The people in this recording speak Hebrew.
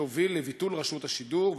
שהוביל לביטול רשות השידור,